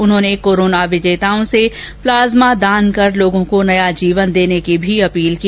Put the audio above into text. उन्होंने कोरोना विजेताओं से प्लाज्मा दान कर लोगों को नया जीवन देने की भी अपील की